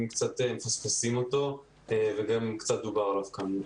קצת מפספסים אותו וגם קצת דובר עליו כאן.